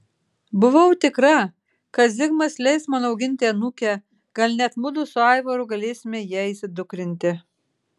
buvau tikra kad zigmas leis man auginti anūkę gal net mudu su aivaru galėsime ją įsidukrinti